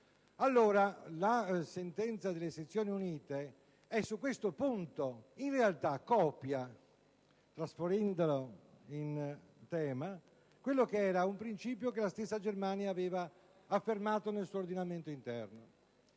La sentenza delle Sezioni unite su questo in realtà copia, trasferendolo in tema, un principio che la stessa Germania aveva affermato nel suo ordinamento interno.